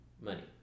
money